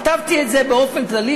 כתבתי את זה באופן כללי,